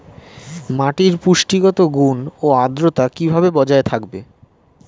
মাটির পুষ্টিগত গুণ ও আদ্রতা কিভাবে বজায় থাকবে?